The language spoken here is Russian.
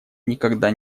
никогда